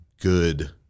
good